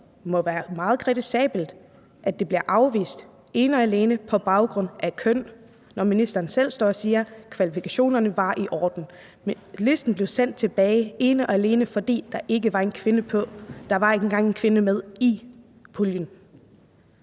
så må være meget kritisabelt, at de bliver afvist ene og alene på baggrund af køn, når ministeren selv står og siger, at kvalifikationerne var i orden? Listen blev sendt tilbage, ene og alene fordi der ikke var en kvinde på den.